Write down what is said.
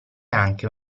anche